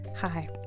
Hi